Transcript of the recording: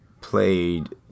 played